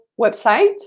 website